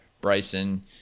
Bryson